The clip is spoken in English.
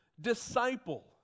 disciple